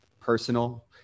personal